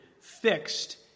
fixed